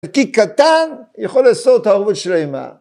‫כי קטן יכול לעשות אהובות של אימה.